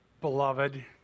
beloved